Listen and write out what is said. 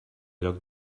lloc